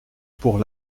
pour